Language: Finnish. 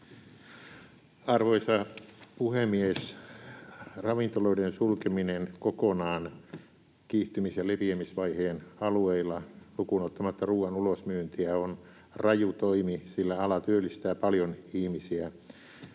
Arvoisa puhemies! Ravintoloiden sulkeminen kokonaan kiihtymis- ja leviämisvaiheen alueilla lukuun ottamatta ruuan ulosmyyntiä on raju toimi, sillä ala työllistää paljon ihmisiä.